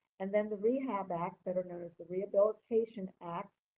and then the rehab act, better known as the rehabilitation act,